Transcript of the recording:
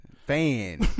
fan